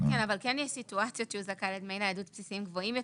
אבל יש סיטואציות שהוא זכאי לדמי ניידות בסיסיים גבוהים יותר.